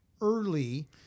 early